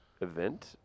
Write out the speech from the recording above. event